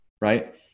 Right